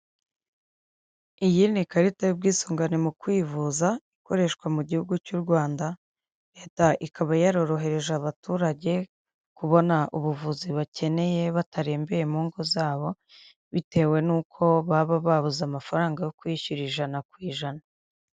Iyi ni ikarita y'ubwisungane mu kwivuza ikoreshwa mu gihugu cy'u Rwanda, leta ikaba yarorohereje abaturage kubona ubuvuzi bakeneye batarembeye mu ngo zabo, bitewe n'uko baba babuze amafaranga yo kwishyura ijana ku ijana.